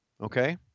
Okay